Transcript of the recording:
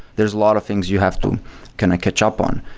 there're a lot of things you have to kind catch up on.